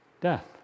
Death